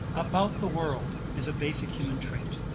about the world is a basic human trait.